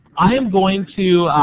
i am going to